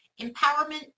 empowerment